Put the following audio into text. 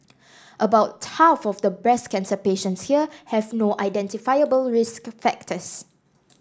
about half of the breast cancer patients here have no identifiable risk factors